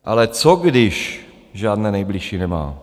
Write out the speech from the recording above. Ale co když žádné nejbližší nemá?